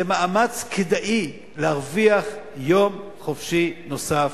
זה מאמץ כדאי כדי להרוויח יום חופשי נוסף.